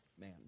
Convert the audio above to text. Man